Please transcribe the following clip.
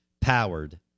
powered